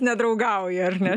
nedraugauja ar ne